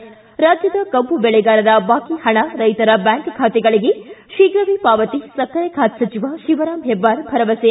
ಿ ರಾಜ್ದದ ಕಬ್ಬು ಬೆಳೆಗಾರರ ಬಾಕಿ ಹಣ ರೈತರ ಬ್ಯಾಂಕ್ ಖಾತೆಗಳಿಗೆ ಶೀಘವೇ ಪಾವತಿ ಸಕ್ಕರೆ ಖಾತೆ ಸಚಿವ ಶಿವರಾಮ ಹೆಬ್ಲಾರ್ ಭರವಸೆ